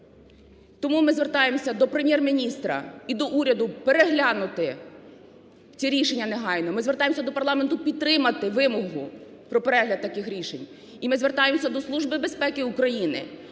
Тому ми звертаємося до Прем’єр-міністра і до уряду переглянути ці рішення негайно. Ми звертаємося до парламенту підтримати вимогу про перегляд таких рішень. І ми звертаємося до Служби безпеки України